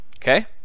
Okay